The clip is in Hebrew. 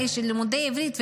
לימודי עברית.